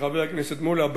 שחבר הכנסת מולה,